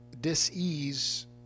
dis-ease